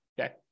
Okay